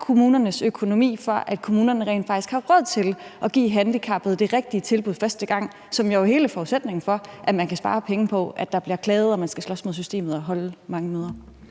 kommunerne i deres økonomi rent faktisk har råd til at give handicappede det rigtige tilbud første gang, hvilket jo er hele forudsætningen for, at man kan spare penge, i forhold til at der bliver klaget og man skal slås mod systemet og holde mange møder.